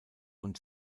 und